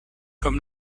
comme